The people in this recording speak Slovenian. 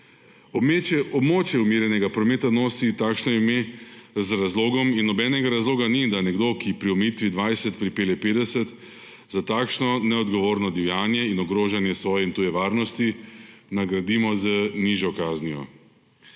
Območje umirjenega prometa nosi takšno ime z razlogom, in nobenega razloga ni, da nekoga , ki pri omejitvi 20 pripelje 50, za takšno neodgovorno divjanje in ogrožanje svoje in tuje varnosti nagradimo z nižjo kaznijo.